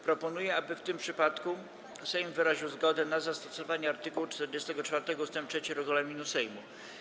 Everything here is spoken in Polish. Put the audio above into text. Proponuję, aby w tym przypadku Sejm wyraził zgodę na zastosowanie art. 44 ust. 3 regulaminu Sejmu.